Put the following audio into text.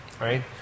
right